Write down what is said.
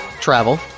Travel